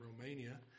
Romania